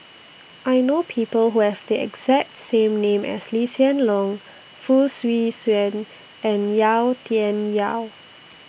I know People Who Have The exacts same name as Lee Hsien Loong Fong Swee Suan and Yau Tian Yau